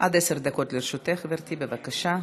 עד עשר דקות לרשותך גברתי, בבקשה.